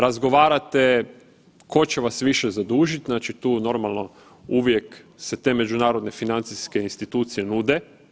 Razgovarate tko će vas više zadužiti, znači tu normalno uvijek se te međunarodne financijske institucije nude.